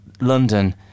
London